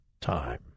time